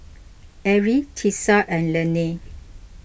Arie Tisa and Lainey